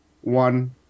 one